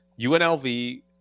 UNLV